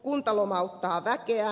kunta lomauttaa väkeään